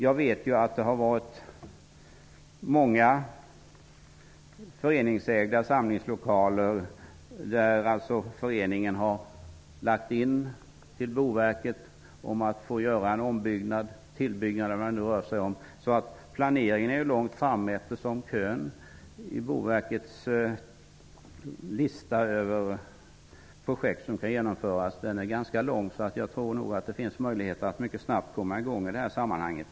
Jag vet att många föreningar med samlingslokaler har lämnat in ansökan till Boverket om att få göra ombyggnad och tillbyggnad. Planeringen är alltså långt framme eftersom kön i Boverkets lista över projekt som kan genomföras är ganska lång. Jag tror därför att det finns möjligheter att mycket snabbt komma i gång i det här sammanhanget.